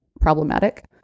problematic